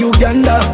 Uganda